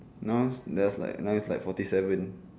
now is just like now is like forty seven